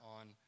on